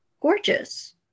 gorgeous